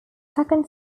second